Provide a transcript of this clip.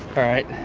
alright.